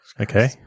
Okay